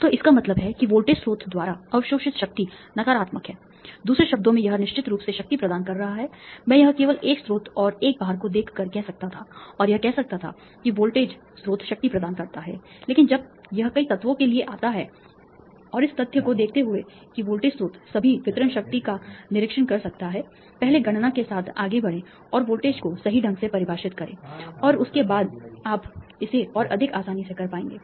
तो इसका मतलब है कि वोल्टेज स्रोत द्वारा अवशोषित शक्ति नकारात्मक है दूसरे शब्दों में यह निश्चित रूप से शक्ति प्रदान कर रहा है मैं यह केवल 1 स्रोत और 1 भार को देखकर कह सकता था और कह सकता था कि वोल्टेज स्रोत शक्ति प्रदान करता है लेकिन जब यह कई तत्वों के लिए आता है और इस तथ्य को देखते हुए कि वोल्टेज स्रोत सभी वितरण शक्ति का निरीक्षण कर सकता है पहले गणना के साथ आगे बढ़ें और वोल्टेज को सही ढंग से परिभाषित करें और उसके बाद आप इसे और अधिक आसानी से कर पाएंगे